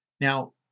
Now